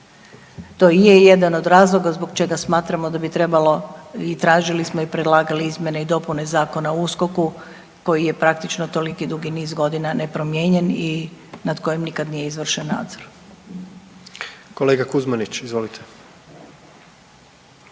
To i je jedan od razloga zbog čega smatramo da bi trebalo i tražili smo i predlagali izmjene i dopune Zakona o USKOK-u koji je praktično toliki dugi niz godina nepromijenjen i nad kojim nikad nije izvršen nadzor. **Jandroković, Gordan